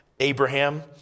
Abraham